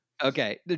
Okay